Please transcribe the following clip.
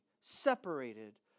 separated